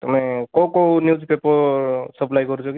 ତମେ କେଉଁ କେଉଁ ନିୟୁଜ ପେପର ସପ୍ଲାଏ କରୁଛ କି